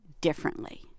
differently